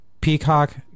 Peacock